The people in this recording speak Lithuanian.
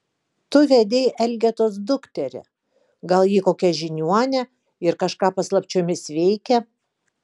tu vedei elgetos dukterį gal ji kokia žiniuonė ir kažką paslapčiomis veikia